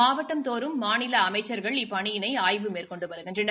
மாவட்டந்தோறும் மாநில அமைச்சர்கள் இப்பணியினை ஆய்வு மேற்கொண்டு வருகின்றனர்